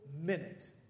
minute